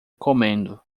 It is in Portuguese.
comendo